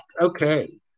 Okay